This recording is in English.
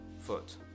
foot